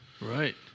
Right